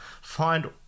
find